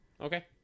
Okay